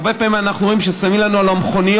הרבה פעמים אנחנו רואים ששמים לנו על המכוניות,